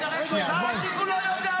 שר השיכון לא בא לכנסת.